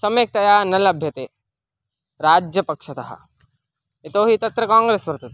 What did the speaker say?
सम्यक्तया न लभ्यते राज्यपक्षतः यतोहि तत्र काङ्ग्रेस् वर्तते